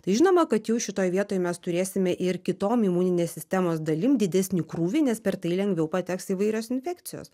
tai žinoma kad jau šitoj vietoj mes turėsime ir kitom imuninės sistemos dalim didesnį krūvį nes per tai lengviau pateks įvairios infekcijos